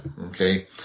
Okay